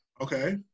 Okay